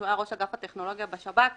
שהיה ראש אגף הטכנולוגיה בשב"כ,